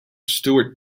stuart